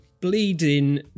bleeding